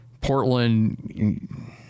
Portland